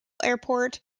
airport